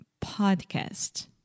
podcast